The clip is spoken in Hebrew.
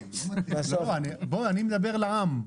אני מדבר לעם,